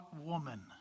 woman